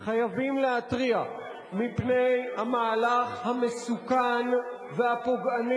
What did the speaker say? חייבים להתריע מפני המהלך המסוכן והפוגעני